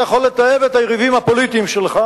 אתה יכול לתאר את היריבים הפוליטיים שלך,